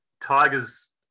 Tigers